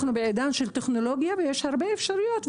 אנחנו בעידן של טכנולוגיה ויש הרבה אפשרויות.